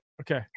Okay